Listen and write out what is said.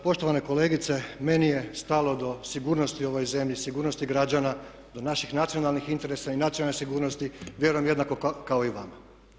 Poštovana kolegice, meni je stalo do sigurnosti u ovoj zemlji, sigurnosti građana, do naših nacionalnih interesa i nacionalne sigurnosti vjerujem kao i vama.